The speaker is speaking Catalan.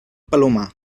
palomar